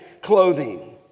clothing